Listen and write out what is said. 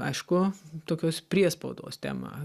aišku tokios priespaudos tema